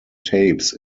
tapes